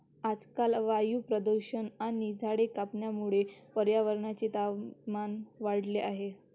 आजकाल वायू प्रदूषण आणि झाडे कापण्यामुळे पर्यावरणाचे तापमान वाढले आहे